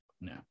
No